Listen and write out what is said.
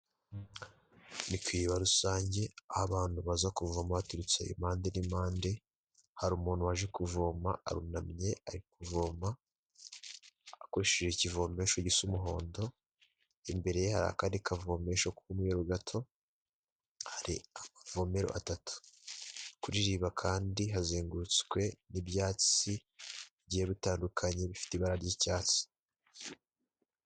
Ni ku iriba rusange, aho abantu baza kuvoma baturutse impande n'impande, hari umuntu waje kuvoma, arunamye, ari kuvoma, akoresheje ikivomesho gisa umuhondo, imbere ye hari akandi kavomesho ku'mweru gato, hari amavomero atatu, kuri iri riba kandi hazengurutswe n'ibyatsi bigiye bitandukanye, bifite ibara ry'icyatsi.